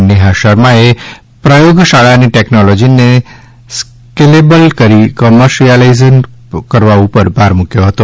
નેહા શર્માએ પ્રયોગશાળાની ટેકનોલોજીને સ્કેલેબલ કરી કોમર્શિયલાઇઝ કરવા ઉપર ભાર મુક્યો હતો